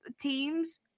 teams